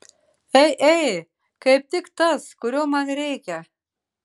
ei ei kaip tik tas kurio man reikia